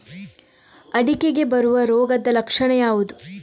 ಅಡಿಕೆಗೆ ಬರುವ ರೋಗದ ಲಕ್ಷಣ ಯಾವುದು?